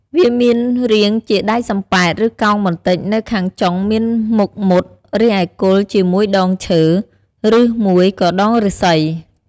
វាមានរាងជាដែកសំប៉ែត ឬកោងបន្តិច នៅខាងចុងមានមុខមុត រីឯគល់ជាមួយដងឈើ រឺមួយក៏ដងឬស្សី។